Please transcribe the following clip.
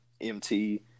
MT